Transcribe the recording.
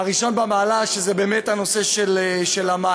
הראשון במעלה, שזה באמת הנושא של המים.